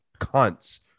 cunts